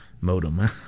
Modem